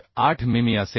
8 मिमी असेल